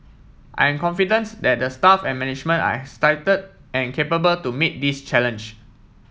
I'm confidence that the staff and management are excited and capable to meet this challenge